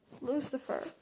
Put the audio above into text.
Lucifer